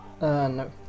no